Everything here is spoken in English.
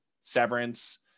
Severance